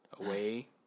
away